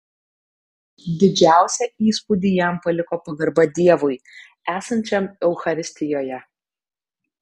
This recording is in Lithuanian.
didžiausią įspūdį jam paliko pagarba dievui esančiam eucharistijoje